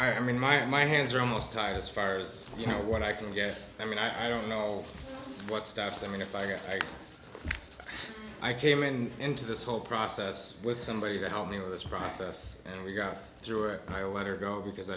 everything i mean my my hands are almost tied as far as you know what i can get i mean i don't know what steps i mean if i go i came in into this whole process with somebody to help me with this process and we got through it i let her go because